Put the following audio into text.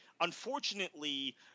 unfortunately